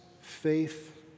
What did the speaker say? faith